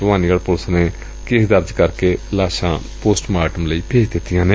Bhawanigarh police ਨੇ ਪਰਚਾ ਦਰਜ ਕਰਕੇ ਲਾਸਾਂ ਪੋਸਟਮਾਰਟਮ ਲਈ ਭੇਜ ਦਿੱਤੀਆਂ ਨੇ